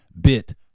bit